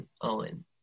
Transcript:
Owen